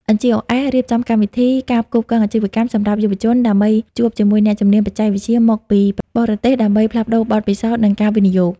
NGOs រៀបចំកម្មវិធី "ការផ្គូផ្គងអាជីវកម្ម" សម្រាប់យុវជនដើម្បីជួបជាមួយអ្នកជំនាញបច្ចេកវិទ្យាមកពីបរទេស ដើម្បីផ្លាស់ប្តូរបទពិសោធន៍ និងការវិនិយោគ។